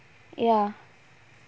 ya